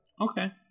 Okay